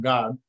God